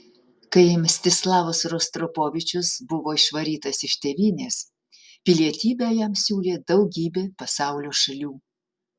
kai mstislavas rostropovičius buvo išvarytas iš tėvynės pilietybę jam siūlė daugybė pasaulio šalių